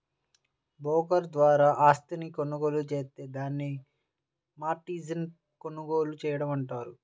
broker ద్వారా ఆస్తిని కొనుగోలు జేత్తే దాన్ని మార్జిన్పై కొనుగోలు చేయడం అంటారు